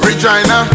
Regina